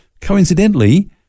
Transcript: coincidentally